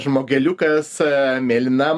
žmogeliukas mėlyna